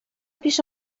پیش